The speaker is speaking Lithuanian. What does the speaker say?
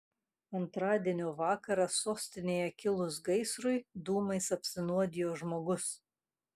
antradienio vakarą sostinėje kilus gaisrui dūmais apsinuodijo žmogus